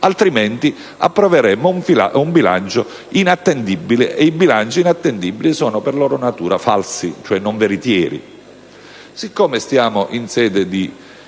Altrimenti approveremmo un bilancio inattendibile, e i bilanci inattendibili sono per loro natura falsi, cioè non veritieri. Siccome siamo in sede